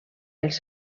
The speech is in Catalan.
els